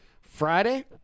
Friday